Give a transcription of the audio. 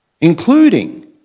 including